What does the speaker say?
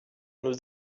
nous